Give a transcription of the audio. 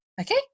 okay